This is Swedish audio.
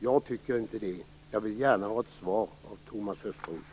Jag tycker inte det. Jag vill gärna ha ett svar av Thomas Östros.